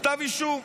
כתב אישום: